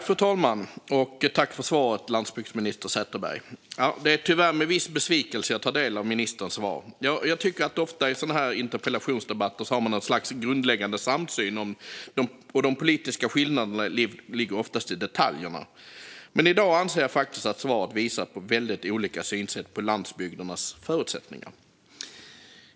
Fru talman! Jag tackar landsbygdsminister Sätherberg för svaret, men det är tyvärr med viss besvikelse jag tar del av det. I interpellationsdebatter har man ofta ett slags grundläggande samsyn, och de politiska skillnaderna ligger i detaljerna. Men jag anser att dagens svar faktiskt visar att vi har väldigt olika synsätt på landsbygdernas förutsättningar.